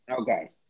Okay